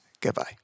Goodbye